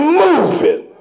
moving